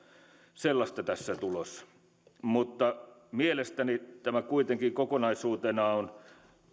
sellaista tässä tulossa mutta mielestäni tämä kuitenkin kokonaisuutena on